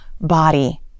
body